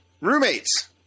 Roommates